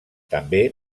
també